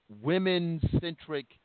women-centric